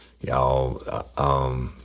Y'all